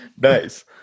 Nice